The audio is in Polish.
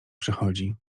przychodzi